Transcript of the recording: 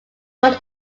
were